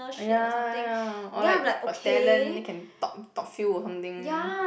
ya ya ya or like got talent then can top top few of something